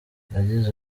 yagize